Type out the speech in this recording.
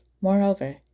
Moreover